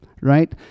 right